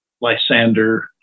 Lysander